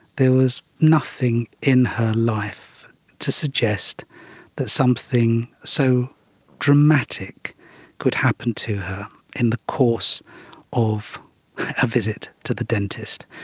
there was nothing in her life to suggest that something so dramatic could happen to her in the course of a visit to the dentist.